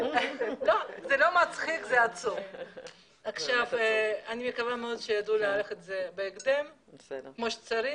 אני מקווה מאוד שידעו להיערך לזה כמו שצריך